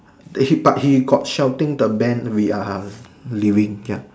they he but he got shouting the band we are leaving ya